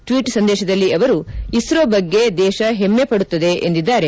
tweet ಸಂದೇಶದಲ್ಲಿ ಅವರು ಇಸ್ರೋ ಬಗ್ಗೆ ದೇಶ ಹೆಮ್ಮೆ ಪಡುತ್ತದೆ ಎಂದಿದ್ದಾರೆ